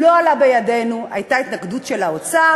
לא עלה בידנו, הייתה התנגדות של האוצר.